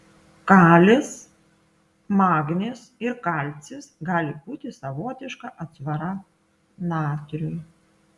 kalis magnis ir kalcis gali būti savotiška atsvara natriui